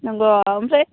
नंगौ आमफ्राय